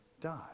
die